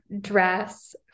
dress